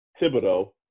Thibodeau